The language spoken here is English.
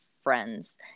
friends